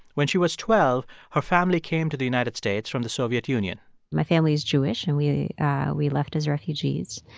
when she was twelve, her family came to the united states from the soviet union my family is jewish, and we we left as refugees.